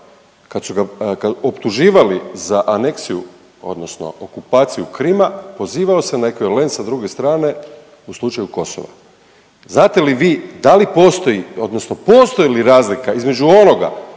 kad su ga optuživali za aneksiju odnosno okupaciju Krima pozivao se na ekvivalent sa druge strane u slučaju Kosova? Znate li vi da li postoji odnosno postoji li razlika između onoga